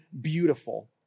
beautiful